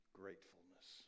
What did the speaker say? gratefulness